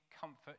comfort